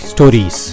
Stories